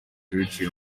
biciye